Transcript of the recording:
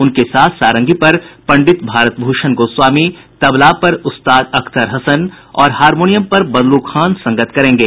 उनके साथ सारंगी पर पंडित भारत भूषण गोस्वामी तबला पर उस्ताद अख्तर हसन और हारमोनियम पर बदलू खान संगत करेंगे